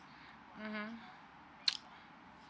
mmhmm